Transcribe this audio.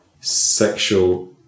sexual